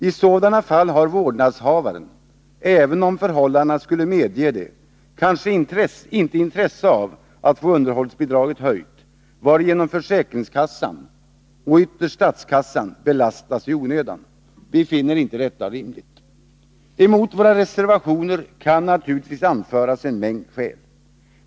I sådana fall har vårdnadshavaren — även om förhållandena skulle medge det — kanske inte intresse av att underhållsbidraget höjs, varigenom försäkringskassorna, och ytterst statskassan, belastas i onödan. Vi finner inte detta rimligt. Emot våra förslag i reservationerna kan naturligtvis anföras en mängd skäl.